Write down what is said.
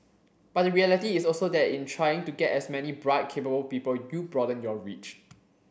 but the reality is also that in trying to get as many bright cable people you broaden your reach